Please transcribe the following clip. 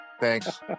thanks